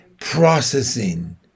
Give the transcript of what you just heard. processing